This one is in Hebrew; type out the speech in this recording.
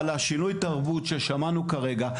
לגבי שינוי התרבות שעליו שמענו כרגע,